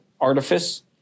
artifice